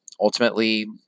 ultimately